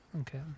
Okay